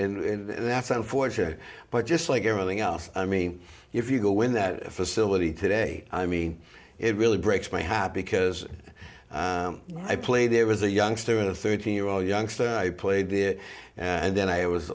and that's unfortunate but just like everything else i mean if you go in that facility today i mean it really breaks my heart because i played there was a youngster in a thirteen year old youngster i played there and then i was